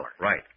Right